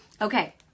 Okay